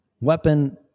weapon